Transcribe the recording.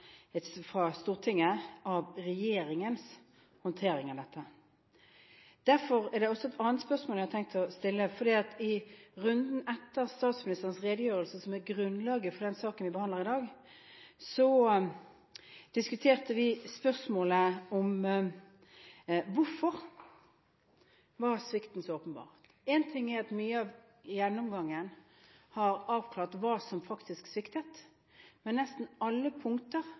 Stortinget av regjeringens håndtering av dette. Derfor er det også et annet spørsmål jeg har tenkt å stille. I runden etter statsministerens redegjørelse, som er grunnlaget for den saken vi behandler i dag, diskuterte vi spørsmålet: Hvorfor var svikten så åpenbar? En ting er at mye av gjennomgangen har avklart hva som faktisk sviktet, men nesten alle punkter